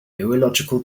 neurological